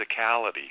physicality